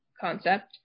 concept